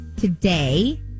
today